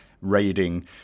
raiding